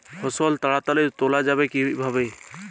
ফসল তাড়াতাড়ি তোলা যাবে কিভাবে?